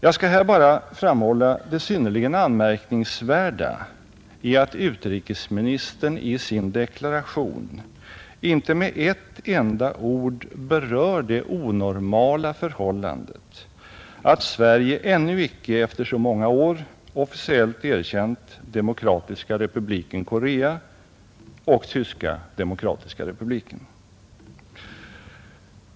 Jag skall här bara framhålla det synnerligen anmärkningsvärda i att utrikesministern i sin deklaration inte med ett enda ord berör det onormala förhållandet, att Sverige ännu icke efter så många år officiellt erkännt Demokratiska republiken Korea och Tyska demokratiska republiken.